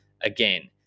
again